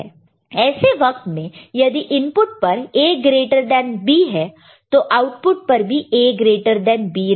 ऐसे वक्त में यदि इनपुट पर A ग्रेटर देन B है तो आउटपुट पर भी A ग्रेटर देन B रहेगा